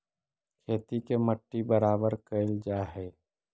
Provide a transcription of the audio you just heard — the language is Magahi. खेत के मट्टी बराबर कयल जा हई